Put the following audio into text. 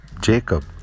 Jacob